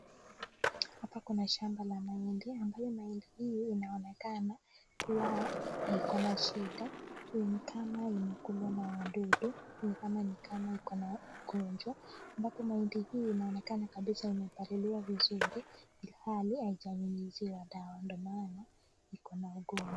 Hapa kuna shamba la mahindi ambayo mahindi hii inaonekana kuwa ikona shida ni kama ikulwa wadudu ni kama ikona ugonjwa ambapo mahindi inaonekana kabisa imepaliliwa vizuri ilhali haijanyunyusiwa dawa ndio maana ikona ugonjwa.